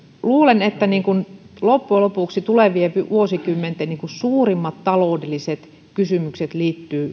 luulen että loppujen lopuksi tulevien vuosikymmenten suurimmat taloudelliset kysymykset liittyvät